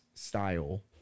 style